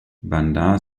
bandar